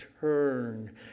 turn